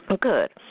Good